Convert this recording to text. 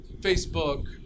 Facebook